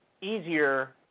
easier